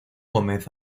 gómez